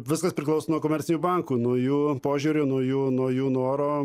viskas priklauso nuo komercinių bankų nuo jų požiūrio nuo jų nuo jų noro